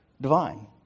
divine